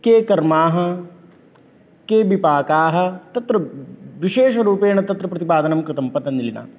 के कर्माः के विपाकाः तत्र विशेषरूपेण तत्र प्रतिपादनं कृतं पतञ्जलिना